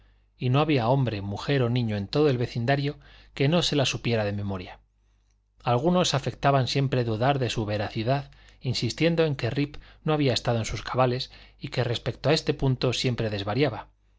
y no había hombre mujer o niño en todo el vecindario que no se la supiera de memoria algunos afectaban siempre dudar de su veracidad insistiendo en que rip no había estado en sus cabales y que respecto de este punto siempre desvariaba